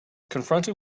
confronted